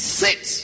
sit